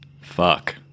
Fuck